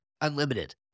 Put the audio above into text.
unlimited